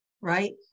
right